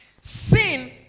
sin